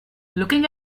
looking